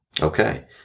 Okay